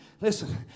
Listen